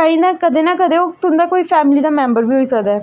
कदें ना कदें ओह् कोई तुं'दी फैमली दा मैंबर बी होई सकदा ऐ